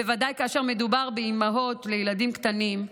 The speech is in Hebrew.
בוודאי כאשר מדובר באימהות לילדים קטנים,